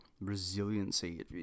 resiliency